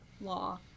law